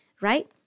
right